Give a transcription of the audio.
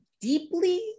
deeply